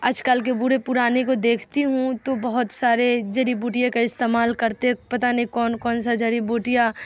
آج کل کے بوڑھے پرانے کا دیکھتی ہوں تو بہت سارے جڑی بوٹیاں کا استعمال کرتے پتہ نہیں کون کون سا جڑی بوٹیاں